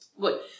Good